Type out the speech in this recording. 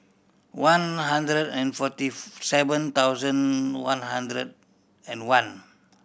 one hundred and forty seven thousand one hundred and one